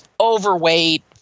overweight